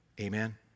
Amen